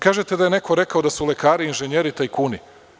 Kažete da je neko rekao da su lekari i inženjeri tajkuni.